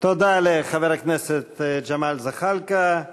תודה לחבר הכנסת ג'מאל זחאלקה.